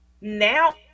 now